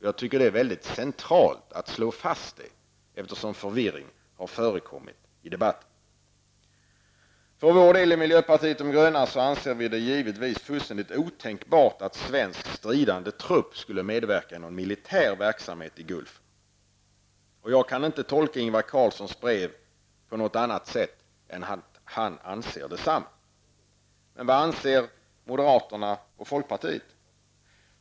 Jag tycker att det är centralt att slå fast detta eftersom förvirring har förekommit i debatten. Vi i miljöpartiet de gröna anser det givetvis fullständigt otänkbart att svensk stridande trupp skulle medverka i en militär verksamhet i Gulfen. Jag kan inte tolka Ingvar Carlssons brev på något annat sätt än att han anser detsamma. Men vad anser moderaterna och folkpartiet?